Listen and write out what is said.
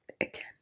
again